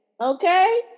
okay